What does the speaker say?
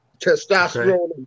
Testosterone